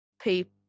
people